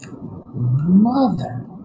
Mother